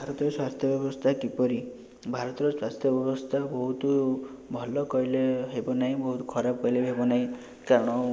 ଭାରତୀୟ ସ୍ୱାସ୍ଥ୍ୟ ବ୍ୟବସ୍ଥା କିପରି ଭାରତର ସ୍ୱାସ୍ଥ୍ୟ ବ୍ୟବସ୍ଥା ବହୁତ ଭଲ କହିଲେ ହେବ ନାଇଁ ବହୁତ ଖରାପ କହିଲେ ବି ହେବ ନାଇଁ କାରଣ